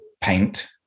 paint